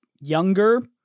younger